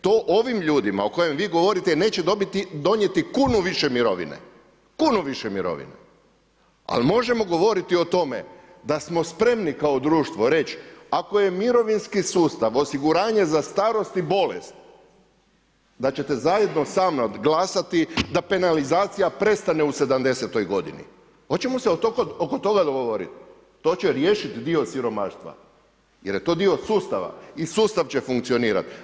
To o ovim ljudima o kojima vi govorite, neće donijeti kunu više mirovine, ali možemo govoriti o tome da smo spremni kao društvo reći, ako je mirovinski sustav, osiguranje za starost i bolest, da ćete zajedno sa mnom, glasati, da penalizacija prestane u 70 g. Hoćemo se oko toga dogovoriti, to će riješiti dio siromaštva, jer je to dio sustava i sustav će funkcionirati.